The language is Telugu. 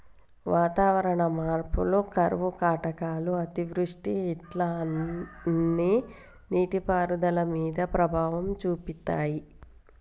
వాతావరణ మార్పులు కరువు కాటకాలు అతివృష్టి ఇట్లా అన్ని నీటి పారుదల మీద ప్రభావం చూపితాయ్